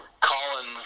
Collins